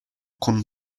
con